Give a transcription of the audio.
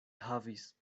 havis